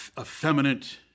effeminate